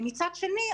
מצד שני,